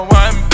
one